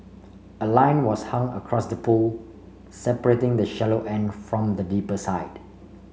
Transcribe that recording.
a line was hung across the pool separating the shallow end from the deeper side